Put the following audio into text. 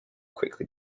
quickly